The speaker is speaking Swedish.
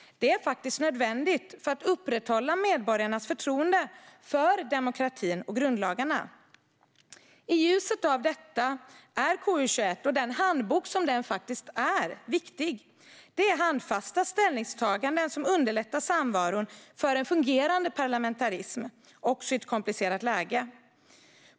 Det är nödvändigt för att upprätthålla medborgarnas förtroende för demokratin och grundlagarna. I ljuset av detta är KU21 och den handbok den faktiskt är viktig. Det är handfasta ställningstaganden som underlättar samvaron för en fungerande parlamentarism, också i ett komplicerat läge.